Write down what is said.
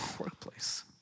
workplace